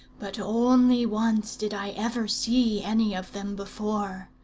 but only once did i ever see any of them before.